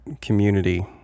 community